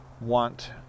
want